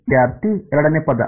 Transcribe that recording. ವಿದ್ಯಾರ್ಥಿ ಎರಡನೇ ಪದ